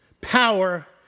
power